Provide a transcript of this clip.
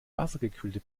wassergekühlte